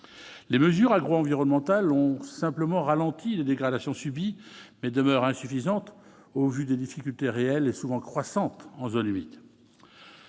les mesures agro-environnementales ont simplement ralenti les dégradations subies mais demeurent insuffisantes au vu des difficultés réelles et souvent croissante en zone limite